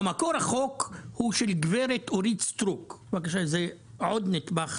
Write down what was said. במקור, החוק הוא של גברת אורית סטרוק עוד נדבך